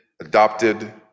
adopted